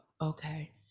okay